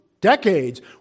decades